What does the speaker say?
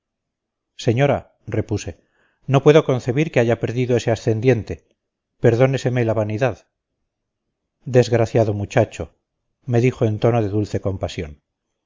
señora repuse no puedo concebir que haya perdido ese ascendiente perdóneseme la vanidad desgraciado muchacho me dijo en tono de dulce